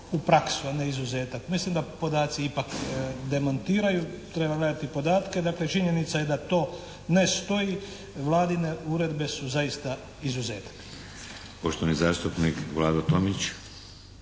u praksu, a ne izuzetak. Mislim da podaci ipak demantiraju, treba gledati podatke. Dakle činjenica je da to ne stoji. Vladine uredbe su zaista izuzetak. **Šeks, Vladimir